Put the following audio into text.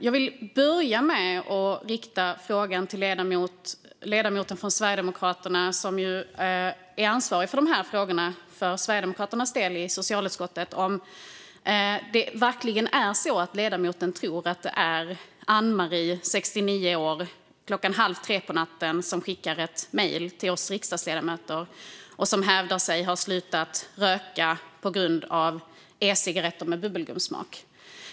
Jag vill börja med att rikta en fråga till ledamoten från Sverigedemokraterna som är ansvarig för dessa frågor för sitt parti i socialutskottet. Tror ledamoten verkligen att det är Ann-Marie 69 år som halv tre på natten skickar ett mejl till oss riksdagsledamöter och som hävdar att hon har slutat röka på grund av e-cigaretter med bubbelgumssmak?